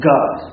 God